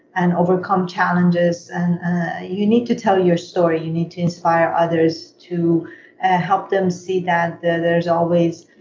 and overcome challenges and you need to tell your story, you need to inspire others to help them see that that there's always